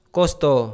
Kosto